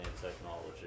technology